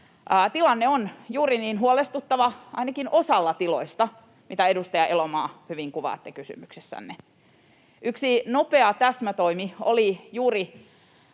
Tilanne on juuri niin huolestuttava ainakin osalla tiloista kuin, edustaja Elomaa, hyvin kuvaatte kysymyksessänne. Yksi nopea täsmätoimi oli juuri